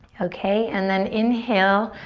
okay, and then inhale.